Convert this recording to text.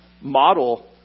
model